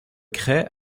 crêts